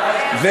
קיים.